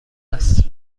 است